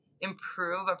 improve